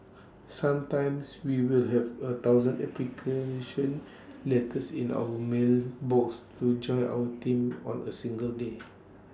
sometimes we will have A thousand application letters in our mail box to join our team on A single day